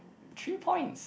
three points